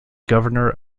governor